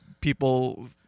people